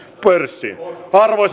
arvoisa puhemies